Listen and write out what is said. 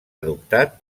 adoptat